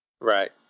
Right